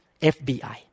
FBI